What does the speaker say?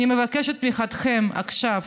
אני מבקשת את תמיכתכם עכשיו